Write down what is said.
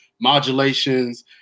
modulations